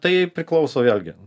tai priklauso vėlgi